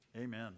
Amen